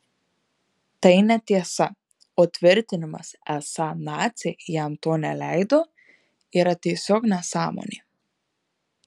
tai netiesa o tvirtinimas esą naciai jam to neleido yra tiesiog nesąmonė